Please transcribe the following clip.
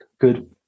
good